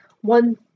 one